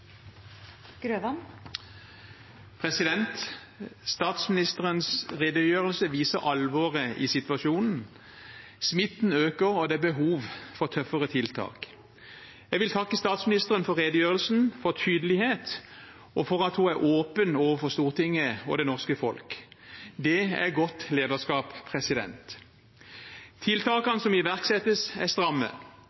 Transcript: på. Statsministerens redegjørelse viser alvoret i situasjonen. Smitten øker, og det er behov for tøffere tiltak. Jeg vil takke statsministeren for redegjørelsen, for tydelighet og for at hun er åpen overfor Stortinget og det norske folk. Det er godt lederskap.